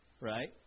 Right